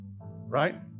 right